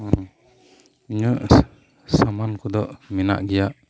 ᱤᱧᱟᱜ ᱥᱟᱢᱟᱱ ᱠᱚᱫᱚ ᱢᱮᱱᱟᱜ ᱜᱮᱭᱟ